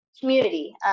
community